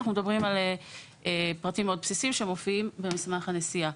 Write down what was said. אנחנו מדברים על פרטים מאוד בסיסיים שמופיעים במסמך הנסיעה.